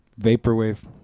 Vaporwave